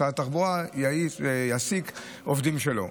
משרד התחבורה יעסיק עובדים משלו.